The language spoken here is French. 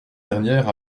dernière